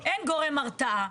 אין גורם התרעה.